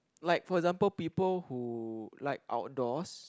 like for example people who like outdoors